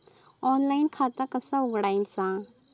Online खाता कसा उघडायचा?